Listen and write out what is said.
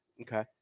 Okay